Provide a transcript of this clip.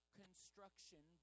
construction